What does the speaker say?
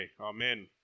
Amen